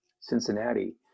Cincinnati